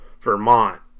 Vermont